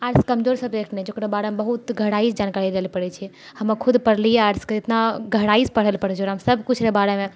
arts कमजोर नहि छै ओकरा बारेमे बहुत गहराइसँ जानकारी लैलए पड़ै छै हमे खुद पढ़लिए आर्ट्सके एतना गहराइसँ पढ़ैलए पड़ै छै सबकिछुके बारेमे